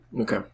Okay